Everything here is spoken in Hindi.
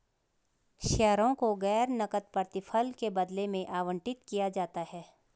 शेयरों को गैर नकद प्रतिफल के बदले में आवंटित किया जाता है